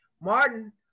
Martin